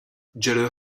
gallout